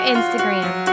Instagram